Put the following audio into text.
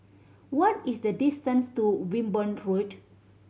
what is the distance to Wimborne Road